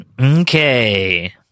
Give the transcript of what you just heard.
Okay